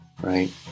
right